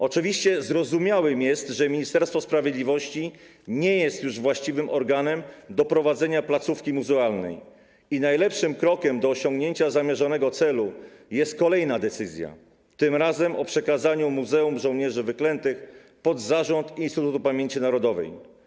Oczywiście zrozumiałe jest, że Ministerstwo Sprawiedliwości nie jest już właściwym organem do prowadzenia placówki muzealnej, i najlepszym krokiem do osiągnięcia zamierzonego celu jest kolejna decyzja, tym razem o przekazaniu muzeum żołnierzy wyklętych pod zarząd Instytutu Pamięci Narodowej.